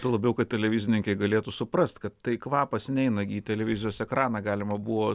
tuo labiau kad televizininkai galėtų suprast kad tai kvapas neina gi į televizijos ekraną galima buvo